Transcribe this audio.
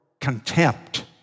contempt